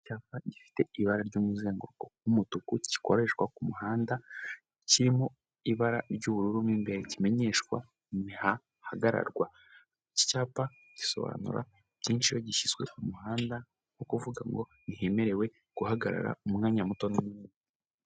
Icyapa gifite ibara ry'umuzenguruko w'umutuku, gikoreshwa mu muhanda, kirimo ibara ry'ubururu mo imbere, kimenyeshwa imihanda ahahagararwa, iki cyapa gisobanura byinshi iyo gishyizwe ku muhanda nko kuvuga ngo ntihemerewe guhagararwa umwanya muto.